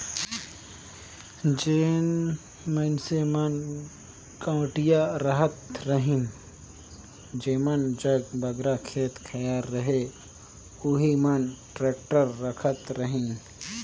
जेन मइनसे मन गवटिया रहत रहिन जेमन जग बगरा खेत खाएर रहें ओही मन टेक्टर राखत रहिन